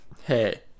Hey